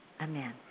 Amen